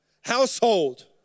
household